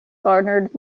garnered